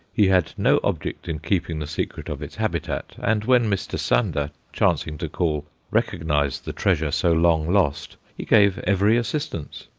he had no object in keeping the secret of its habitat, and when mr. sander, chancing to call, recognized the treasure so long lost, he gave every assistance.